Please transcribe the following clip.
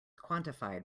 quantified